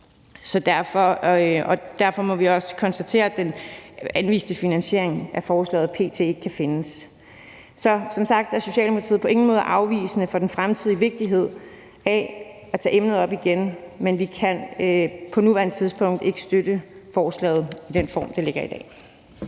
Derfor må vi også konstatere, at den anviste finansiering af forslaget p.t. ikke kan findes. Som sagt er Socialdemokratiet på ingen måde afvisende over for vigtigheden af at tage emnet op igen i fremtiden, men vi kan på nuværende tidspunkt ikke støtte forslaget i den form, det ligger i i dag.